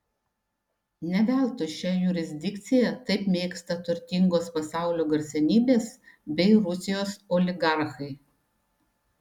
ne veltui šią jurisdikciją taip mėgsta turtingos pasaulio garsenybės bei rusijos oligarchai